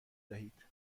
دهید